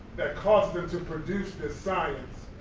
that caused them to produce this science